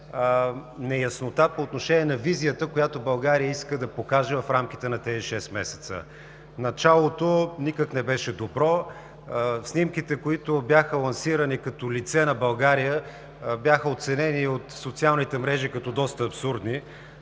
неяснота по отношение на визията, която България иска да покаже в рамките на тези шест месеца. Началото никак не беше добро. Снимките, които бяха лансирани като лице на България, бяха оценени от социалните мрежи като доста абсурдни.